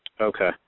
Okay